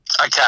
Okay